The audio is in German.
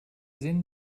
sinn